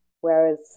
whereas